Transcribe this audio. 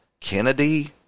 Kennedy